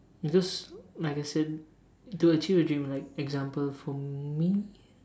because like I said to achieve the dream like example for me